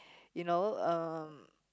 you know uh